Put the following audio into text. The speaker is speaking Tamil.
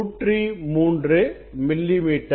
103 மில்லிமீட்டர்